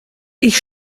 ich